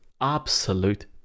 absolute